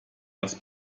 das